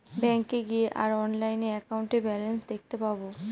ব্যাঙ্কে গিয়ে আর অনলাইনে একাউন্টের ব্যালান্স দেখতে পাবো